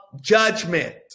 judgment